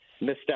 misstep